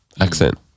accent